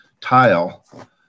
tile